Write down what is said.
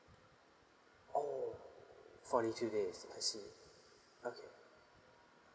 oh for only two days I see okay